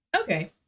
Okay